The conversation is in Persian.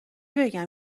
بگم